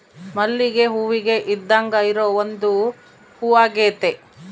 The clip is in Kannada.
ಮಲ್ಲಿಗೆ ಹೂವಿಗೆ ಇದ್ದಾಂಗ ಇರೊ ಒಂದು ಹೂವಾಗೆತೆ